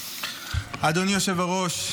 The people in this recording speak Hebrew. אדוני היושב-ראש,